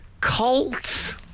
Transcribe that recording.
cult